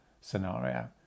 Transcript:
scenario